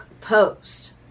post